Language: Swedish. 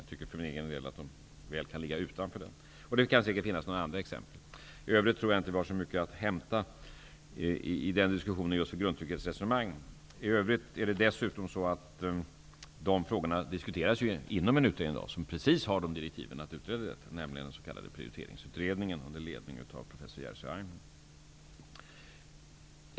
För egen del tycker jag att de mycket väl kan ligga utanför denna. Det finns säkert fler exempel. I övrigt tror jag inte att vi har så mycket att hämta i diskussionen om grundtrygghetsresonemangen. Dessutom diskuteras dessa frågor inom en utredning som har just sådana direktiv, nämligen den s.k. prioriteringsutredningen under ledning av professor Jerzy Einhorn.